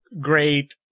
great